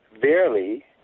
Verily